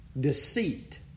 deceit